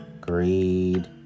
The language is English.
greed